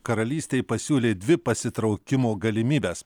karalystei pasiūlė dvi pasitraukimo galimybes